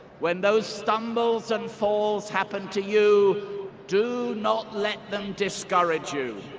when those stumbles and falls happen to you do not let them discourage you.